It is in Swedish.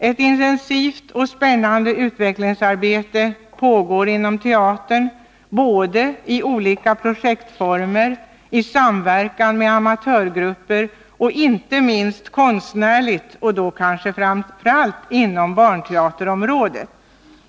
Ett intensivt och spännande utvecklingsarbete pågår inom teatern i olika projektformer, i samverkan med amatörgrupper och inte minst konstnärligt, och då kanske framför allt inom barnteaterområdet.